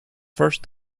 first